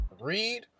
Read